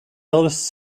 eldest